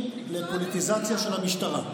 ממשי לפוליטיזציה של המשטרה.